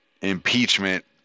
impeachment